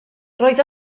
roedd